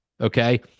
okay